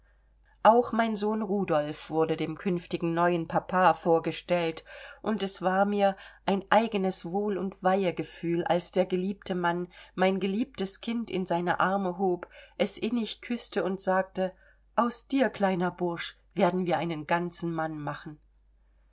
auch mein sohn rudolf wurde dem künftigen neuen papa vorgestellt und es war mir ein eigenes wohl und weihegefühl als der geliebte mann mein geliebtes kind in seine arme hob es innig küßte und sagte aus dir kleiner bursch werden wir einen ganzen mann machen